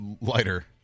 lighter